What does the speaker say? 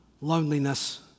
Loneliness